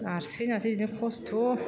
नारसि नारसि बिदिनो खस्थ'